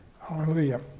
Hallelujah